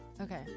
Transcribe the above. Okay